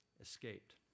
Escaped